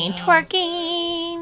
twerking